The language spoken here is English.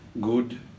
good